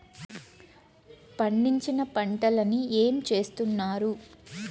పండించిన పంటలని ఏమి చేస్తున్నారు?